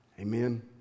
amen